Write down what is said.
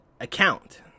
account